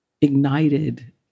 ignited